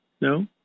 no